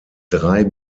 drei